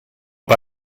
pas